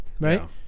Right